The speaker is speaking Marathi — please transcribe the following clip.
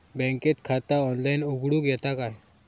बँकेत खाता ऑनलाइन उघडूक येता काय?